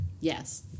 Yes